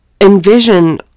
envision